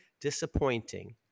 disappointing